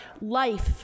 Life